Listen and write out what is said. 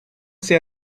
sei